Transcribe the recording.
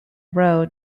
row